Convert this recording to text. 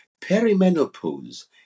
Perimenopause